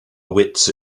wits